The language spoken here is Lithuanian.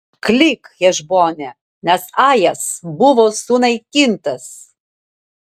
klyk hešbone nes ajas buvo sunaikintas